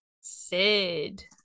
Sid